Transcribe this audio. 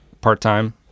part-time